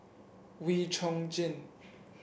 Wee Chong Jin